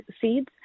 seeds